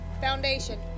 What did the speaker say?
foundation